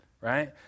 right